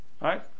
Right